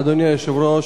אדוני היושב-ראש,